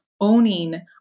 owning